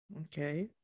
okay